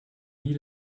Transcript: nie